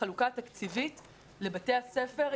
החלוקה התקציבית לבתי הספר,